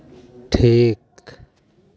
ᱴᱷᱤᱠ